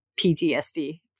PTSD